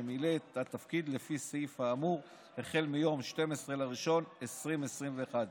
שמילא את התפקיד לפי הסעיף האמור החל מיום 12 בינואר 2021,